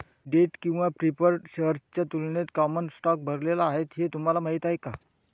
Date किंवा preferred शेअर्सच्या तुलनेत कॉमन स्टॉक भरलेला आहे हे तुम्हाला माहीत आहे का?